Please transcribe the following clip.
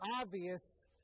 obvious